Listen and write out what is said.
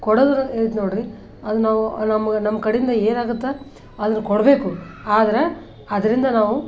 ಕೊಡೋದ್ರು ಏನೈತ ನೋಡಿರಿ ಅದು ನಾವು ನಮ್ಗೆ ನಮ್ಮ ಕಡೆಯಿಂದ ಏನಾಗುತ್ತ ಅದನ್ನು ಕೊಡಬೇಕು ಆದ್ರೆ ಅದರಿಂದ ನಾವು